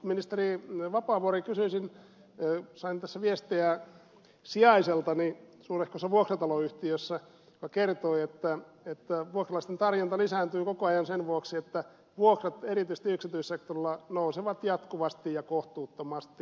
ministeri vapaavuori sain tässä viestejä sijaiseltani suurehkossa vuokrataloyhtiössä joka kertoi että vuokralaisten tarjonta lisääntyy koko ajan sen vuoksi että vuokrat erityisesti yksityissektorilla nousevat jatkuvasti ja kohtuuttomasti